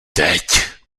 teď